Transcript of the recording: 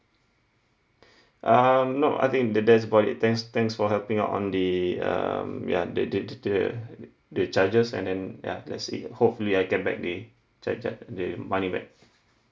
um no I think that that's about it thanks thanks for helping out on the um ya the the the the charges and and ya that's it hopefully I get back the charge charge the money back